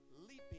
leaping